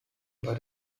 bei